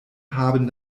haben